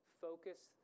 focus